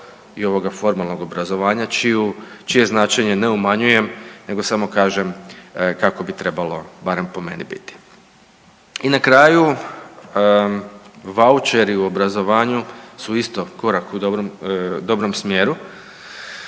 i ovog formalnog obrazovanja čije značenje ne umanjujem nego samo kažem kako bi trebalo barem po meni biti. I na kraju, vaučeri u obrazovanju su isto korak u dobrom smjeru,